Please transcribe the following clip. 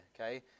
okay